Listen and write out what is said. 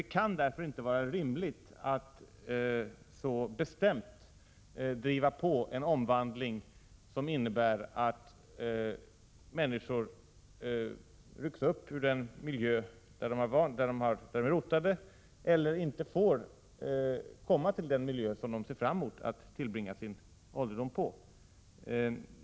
Det kan därför inte vara rimligt att så bestämt driva på en omvandling som innebär att människor rycks upp ur den miljö där de är rotade, eller inte får tillbringa sin ålderdom i den miljö de har sett fram emot att få komma till.